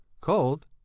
Cold